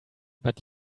but